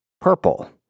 purple